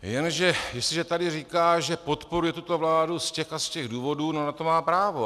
Jenže jestliže tady říká, že podporuje tuto vládu z těch a z těch důvodů, no na to má právo.